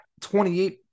28%